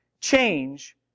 change